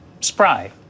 Spry